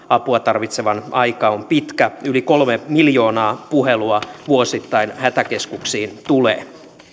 apua tarvitsevan aika on pitkä yli kolme miljoonaa puhelua vuosittain hätäkeskuksiin tulee